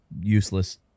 useless